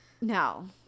no